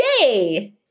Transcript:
Yay